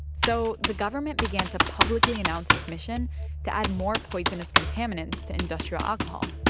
so the government began to publicly announce its mission to add more poisonous contaminants to industrial alcohol,